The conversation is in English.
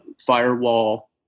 firewall